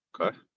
Okay